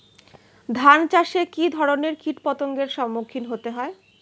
ধান চাষে কী ধরনের কীট পতঙ্গের সম্মুখীন হতে হয়?